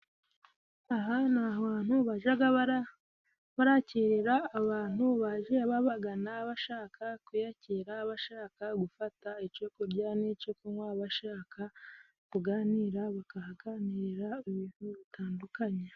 Aha ni ahantu bajaga barakirira abantu baje bababagana bashaka kuyakira. Bashaka gufata ico kurya n'ico kunywa bashaka kuganira bakaha ganirira ibintu bitandukanye.